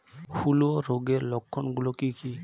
হূলো রোগের লক্ষণ গুলো কি কি?